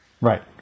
Right